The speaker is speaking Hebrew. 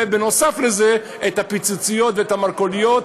ונוסף על זה, את הפיצוציות ואת המרכוליות.